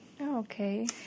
Okay